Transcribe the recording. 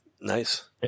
Nice